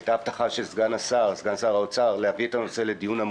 הייתה הבטחה של סגן שר האוצר להביא את הנושא לדיון בפני